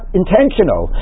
intentional